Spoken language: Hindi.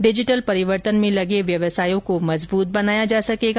डिजिटल परिवर्तन में लगे व्यवसायों को मजबूत बनाया जा सकेगा